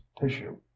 tissue